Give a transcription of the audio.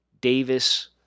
Davis